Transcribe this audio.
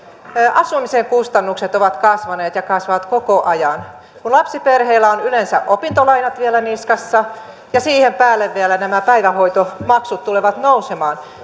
asumisen kustannukset ovat kasvaneet ja kasvavat koko ajan kun lapsiperheillä on yleensä opintolainat vielä niskassa ja siihen päälle vielä nämä päivähoitomaksut tulevat nousemaan niin